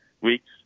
weeks